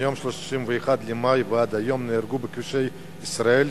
מיום 31 במאי ועד היום נהרגו בכבישי ישראל